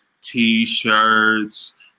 T-shirts